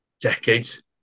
decades